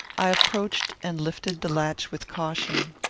i approached, and lifted the latch with caution.